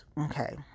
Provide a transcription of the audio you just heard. Okay